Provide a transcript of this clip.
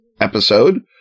episode